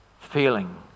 feeling